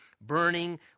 burning